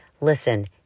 listen